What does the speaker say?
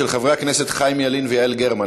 של חברי הכנסת חיים ילין ויעל גרמן,